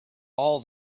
all